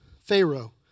Pharaoh